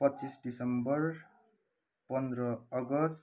पच्चिस दिसम्बर पन्ध्र अगस्त